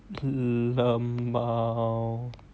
lmao